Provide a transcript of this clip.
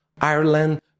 Ireland